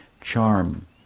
charm